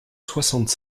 soixante